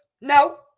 No